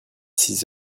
six